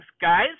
guys